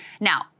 Now